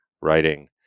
writing